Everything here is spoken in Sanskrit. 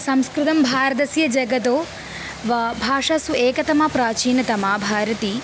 संस्कृतं भारतस्य जगतो वा भाषासु एकतमा प्राचीनतमा भारती